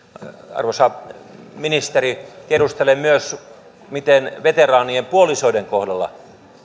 arvoisa ministeri tiedustelen myös miten veteraanien puolisoiden kohdalla